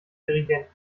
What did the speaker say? dirigenten